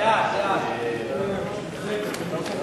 להעביר את הנושא